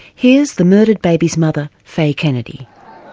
here's the murdered baby's mother, faye kennedy.